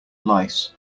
lice